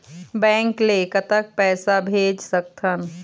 Bank ले कतक पैसा भेज सकथन?